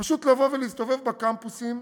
פשוט לבוא ולהסתובב בקמפוסים,